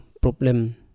problem